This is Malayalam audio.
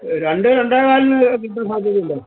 രണ്ട് രണ്ടേ കാലിന് കിട്ടാൻ സാധ്യത ഉണ്ടോ